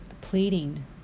pleading